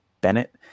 Bennett